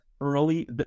early